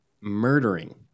murdering